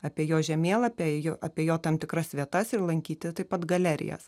apie jo žemėlapį ėjo apie jo tam tikras vietas ir lankyti taip pat galerijas